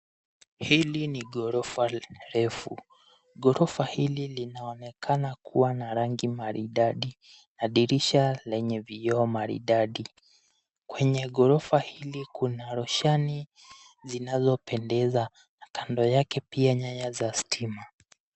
Hili ni gorofa refu, gorofa hili linaonekana kuwa na rangi maridadi na dirisha lenye vioo maridadi. Kwenye gorofa hili kuna rushani zinazopendeza kando yake pia nyaya za stima.